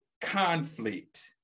conflict